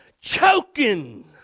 choking